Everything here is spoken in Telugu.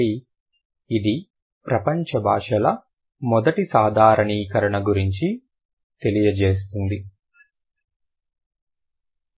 కాబట్టి ఇది ప్రపంచ భాషల మొదటి సాధారణీకరణ గురించి తెలియజేస్తుంది